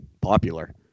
popular